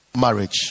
marriage